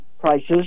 prices